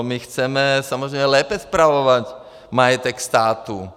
My chceme samozřejmě lépe spravovat majetek státu.